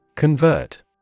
Convert